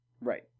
right